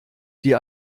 die